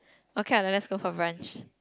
okay lah then let's go for brunch